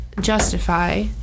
justify